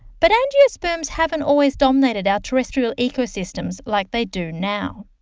but angiosperms haven't always dominated our terrestrial ecosystems like they do now.